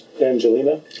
Angelina